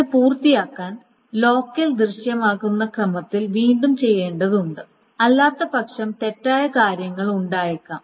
ഇത് പൂർത്തിയാക്കാൻ ലോക്കിൽ ദൃശ്യമാകുന്ന ക്രമത്തിൽ വീണ്ടും ചെയ്യേണ്ടതുണ്ട് അല്ലാത്തപക്ഷം തെറ്റായ കാര്യങ്ങൾ ഉണ്ടായേക്കാം